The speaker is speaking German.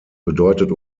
bedeutet